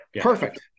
Perfect